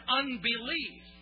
unbelief